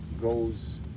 goes